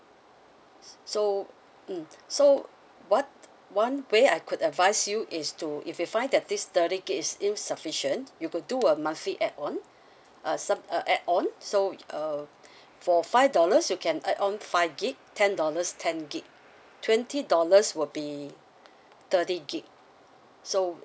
so mm so what one way I could advise you is to if you find that this thirty gig is insufficient you could do a monthly add-on uh some uh add-on so uh for five dollars you can add on five gig ten dollars ten gig twenty dollars will be thirty gig so